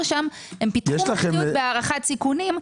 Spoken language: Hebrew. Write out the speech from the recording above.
שם הם פיתחו מומחיות בהערכת סיכונים.